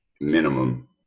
minimum